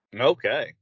Okay